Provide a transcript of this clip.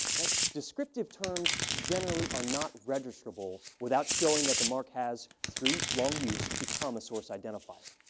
okay. descriptive terms generally are not registrable without showing that the mark has, through long use, become a source identifier.